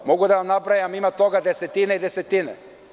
Mogu da vam nabrajam, ima toga desetine i desetine.